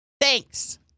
Thanks